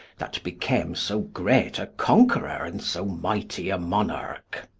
that became so great a conqueror and so mighty a monarch.